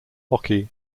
hockey